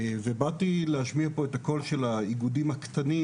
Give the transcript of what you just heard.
באתי להשמיע פה את הקול של האיגודים הקטנים